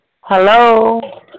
Hello